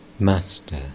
Master